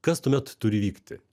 kas tuomet turi vykti